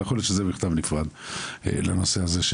אבל יכול להיות שזה במכתב נפרד לנושא הזה.